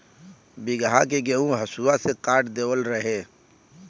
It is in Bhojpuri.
बीघहा के गेंहू हसुआ से काट देवत रहे